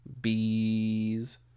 bees